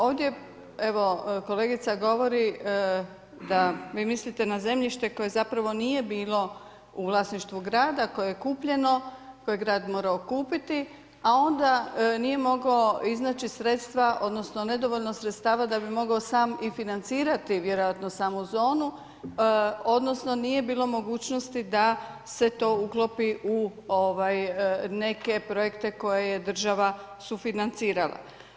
Ovdje evo kolegica govori da vi mislite na zemljište koje zapravo nije bilo u vlasništvu grada koje je kupljeno, koje je grad morao kupiti, a onda nije mogao iznaći sredstva, odnosno nedovoljno sredstava da bi mogao sam i financirati vjerojatno samu zonu, odnosno nije bilo mogućnosti da se to uklopi u neke projekte koje je država sufinancirala.